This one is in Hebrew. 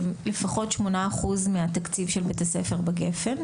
זה לפחות 8% מהתקציב של בית הספר בגפן,